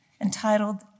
entitled